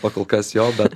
pakolkas jo bet